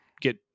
get